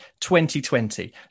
2020